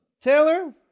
Taylor